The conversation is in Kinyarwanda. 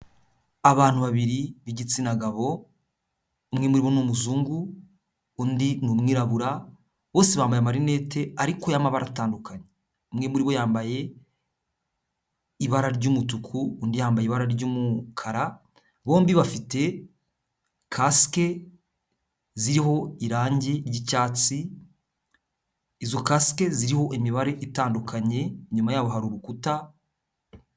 Abantu babiri b'igitsina gabo, umwe muri bo ni umuzungu undi ni umwirabura, bose bambaye amarinete ariko y'amabara atandukanye, umwe muri bo yambaye ibara ry'umutuku, undi yambaye ibara ry'umukara, bombi bafite kasike ziriho irangi ry'icyatsi, izo kasike ziriho imibare itandukanye, inyuma yabo hari urukuta.